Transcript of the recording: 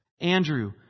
andrew